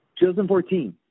2014